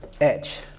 edge